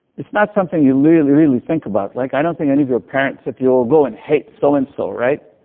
it's not something you really, really think about. like i don't think any of your parents said to you, go and hate so and so, right.